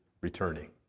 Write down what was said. returning